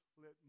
let